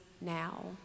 now